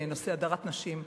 בנושא הדרת נשים,